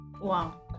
Wow